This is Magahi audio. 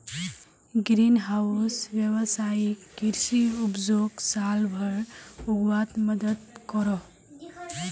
ग्रीन हाउस वैवसायिक कृषि उपजोक साल भर उग्वात मदद करोह